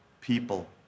people